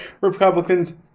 Republicans